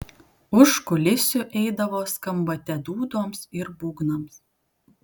už kulisių eidavo skambate dūdoms ir būgnams